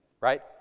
Right